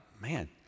man